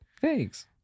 Thanks